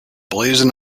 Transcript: blazon